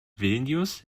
vilnius